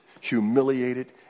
humiliated